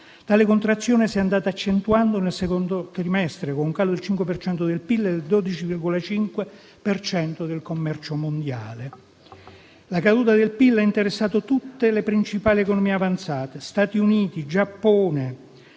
Tale contrazione si è andata accentuando nel secondo trimestre, con un calo del 5 per cento del PIL e del 12,5 per cento del commercio mondiale. La caduta del PIL ha interessato tutte le principali economie avanzate, come gli Stati Uniti e il Giappone,